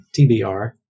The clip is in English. TBR